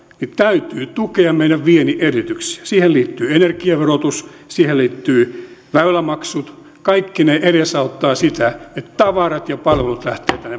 täytyy tukea meidän viennin edellytyksiä siihen liittyy energiaverotus siihen liittyy väylämaksut kaikki ne edesauttavat sitä että tavarat ja palvelut lähtevät